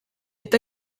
est